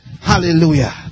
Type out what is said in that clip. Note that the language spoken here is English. Hallelujah